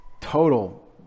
total